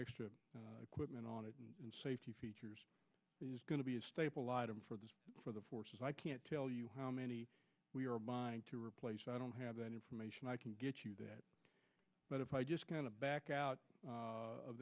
extra equipment on it and safety features is going to be a staple item for the for the forces i can't tell you how many we are buying to replace i don't have any information i can get you that but if i just kind of back out of